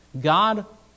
God